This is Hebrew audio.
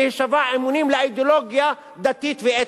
להישבע אמונים לאידיאולוגיה דתית ואתנית?